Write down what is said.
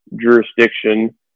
jurisdiction